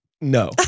no